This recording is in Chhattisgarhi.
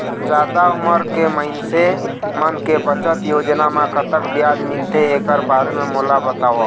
जादा उमर के मइनसे मन के बचत योजना म कतक ब्याज मिलथे एकर बारे म मोला बताव?